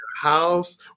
house